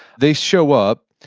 they show up,